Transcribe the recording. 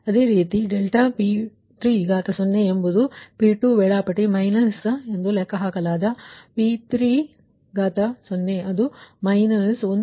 ಅದೇ ರೀತಿ ∆P30 ಎಂಬುದು P3 ವೇಳಾಪಟ್ಟಿ ಮೈನಸ್ ಲೆಕ್ಕಹಾಕಲಾದ P30 ಅದು 1